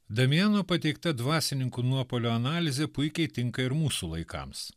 damiano pateikta dvasininkų nuopuolio analizė puikiai tinka ir mūsų laikams